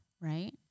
right